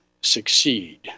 succeed